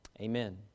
Amen